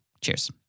Cheers